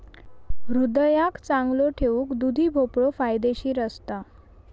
हृदयाक चांगलो ठेऊक दुधी भोपळो फायदेशीर असता